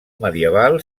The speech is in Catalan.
medieval